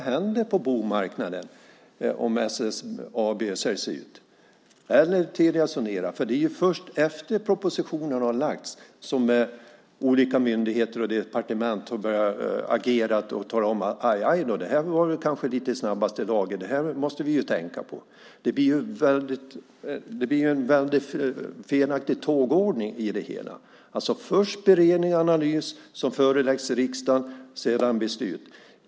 Vad händer på bomarknaden om SSAB säljs ut, eller om Telia Sonera säljs ut? Det är först efter det att propositionen lagts fram som olika myndigheter och departement har börjat agera och sagt: Det här var kanske i snabbaste laget. Det här måste vi tänka på. Det blir en felaktig tågordning. Först beredning och analys som föreläggs riksdagen och sedan beslut.